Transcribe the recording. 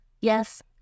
yes